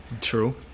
True